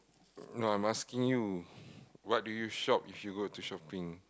no I am asking you what do you shop if you go to shopping